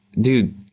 dude